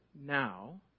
now